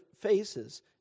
faces